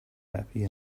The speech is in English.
happy